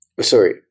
Sorry